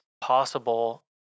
possible